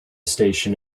station